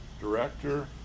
director